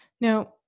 Now